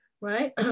right